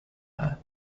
her